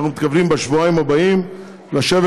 מכיוון שאנחנו מתכוונים בשבועיים הבאים לשבת